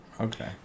okay